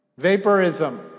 Vaporism